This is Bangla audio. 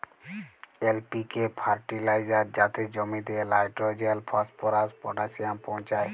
এল.পি.কে ফার্টিলাইজার যাতে জমিতে লাইট্রোজেল, ফসফরাস, পটাশিয়াম পৌঁছায়